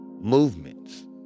Movements